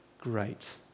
great